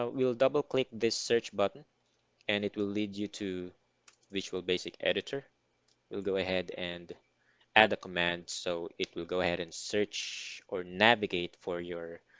ah we'll double click this search button and it will lead you to visual basic editor we'll go ahead and add a command. so it will go ahead and search or navigate for your